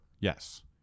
Yes